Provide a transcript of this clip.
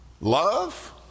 love